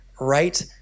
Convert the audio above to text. right